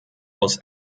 aus